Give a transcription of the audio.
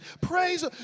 praise